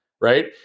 right